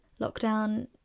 Lockdown